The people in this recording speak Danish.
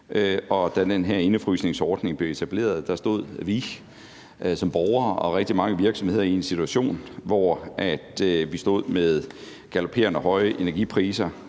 Da den her indefrysningsordning blev etableret, stod vi som borgere og rigtig mange virksomheder i en situation, hvor vi stod med galoperende høje energipriser.